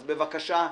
אז בבקשה,